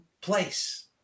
place